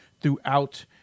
throughout